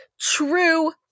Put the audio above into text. true